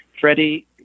Freddie